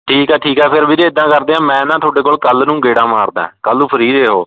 ਠੀਕ ਆ ਠੀਕ ਆ ਫਿਰ ਵੀਰੇ ਇੱਦਾਂ ਕਰਦੇ ਹਾਂ ਮੈਂ ਨਾ ਤੁਹਾਡੇ ਕੋਲ ਕੱਲ੍ਹ ਨੂੰ ਗੇੜ੍ਹਾ ਮਾਰਦਾ ਕੱਲ੍ਹ ਨੂੰ ਫਰੀ ਰਹੋ